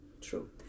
true